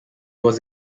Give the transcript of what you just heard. was